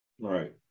Right